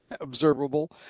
observable